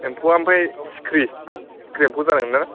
एम्फौआ ओमफ्राय सिखिरि सिखिरि एम्फौ जानाय नङा ना